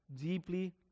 deeply